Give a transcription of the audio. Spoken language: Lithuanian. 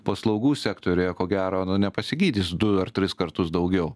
paslaugų sektoriuje ko gero nu nepasigydys du ar tris kartus daugiau